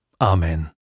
Amen